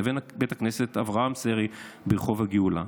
לבין בית הכנסת אברהם סרי ברחוב הגאולה.